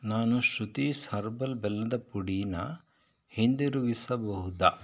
ನಾನು ಶೃತೀಸ್ ಹರ್ಬಲ್ ಬೆಲ್ಲದ ಪುಡಿನಾ ಹಿಂದಿರುಗಿಸಬಹುದ